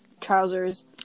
trousers